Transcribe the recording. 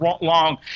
long